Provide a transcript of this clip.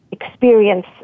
experience